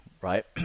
right